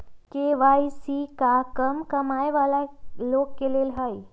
KYC का कम कमाये वाला लोग के लेल है?